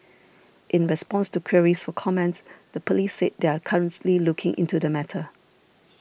in response to queries for comment the police said they are currently looking into the matter